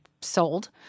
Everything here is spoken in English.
sold